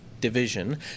Division